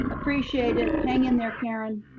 appreciate it. hang in there, karen,